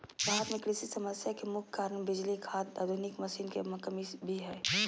भारत में कृषि समस्या के मुख्य कारण बिजली, खाद, आधुनिक मशीन के कमी भी हय